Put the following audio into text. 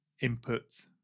Input